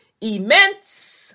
immense